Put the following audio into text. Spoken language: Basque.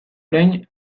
orain